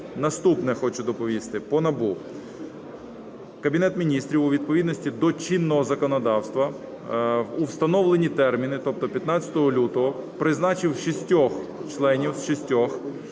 Наступне хочу доповісти по НАБУ. Кабінет Міністрів у відповідності до чинного законодавства у встановлені терміни, тобто 15 лютогоЮ призначив шістьох членів, шістьох,